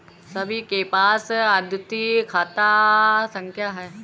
सभी के पास अद्वितीय खाता संख्या हैं